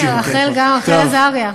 הנה, גם רחל עזריה.